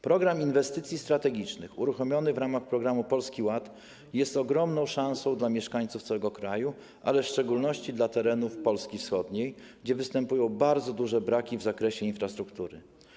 Program Inwestycji Strategicznych uruchomiony w ramach programu Polski Ład jest ogromną szansą dla mieszkańców całego kraju, ale w szczególności dla terenów Polski wschodniej, gdzie występują bardzo duże braki w zakresie infrastruktury.